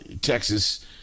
Texas